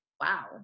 wow